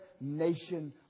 nation